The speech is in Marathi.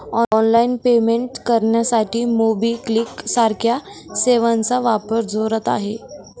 ऑनलाइन पेमेंट करण्यासाठी मोबिक्विक सारख्या सेवांचा वापर जोरात आहे